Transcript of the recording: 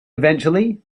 eventually